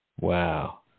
Wow